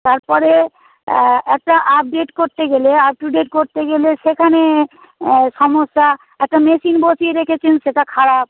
তারপরে একটা আপডেট করতে গেলে আপ টু ডেট করতে গেলে সেখানে সমস্যা একটা মেশিন বসিয়ে রেখেছেন সেটা খারাপ